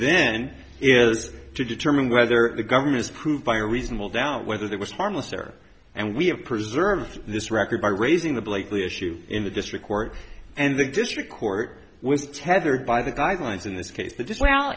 then is to determine whether the government's proved by a reasonable doubt whether there was harmless error and we have preserved this record by raising the blakely issue in the district court and the district court was tethered by the guidelines in this case that this well